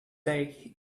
day